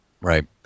right